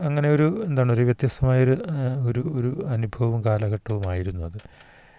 അങ്ങനെ ഒരു എന്താണൊരു വ്യത്യസ്തമായൊരു ഒരു ഒരു അനുഭവവും കാലഘട്ടവുമായിരുന്നു അത്